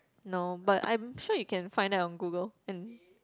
no but I'm sure you can find that on Google and